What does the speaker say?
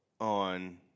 on